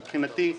מבחינתי,